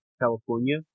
California